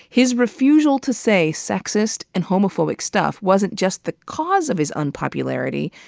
his refusal to say sexist and homophobic stuff wasn't just the cause of his unpopularity,